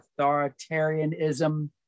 authoritarianism